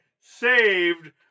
saved